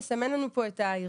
מסמן לנו פה את ההיררכיה,